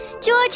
George